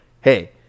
hey